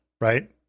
Right